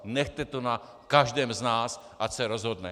Nechte to na každém z nás, ať se rozhodne.